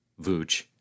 Vooch